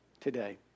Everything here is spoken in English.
today